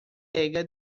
lega